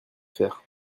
faire